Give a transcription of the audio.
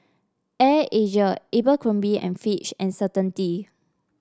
Air Asia Abercrombie and Fitch and Certainty